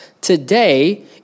Today